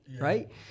right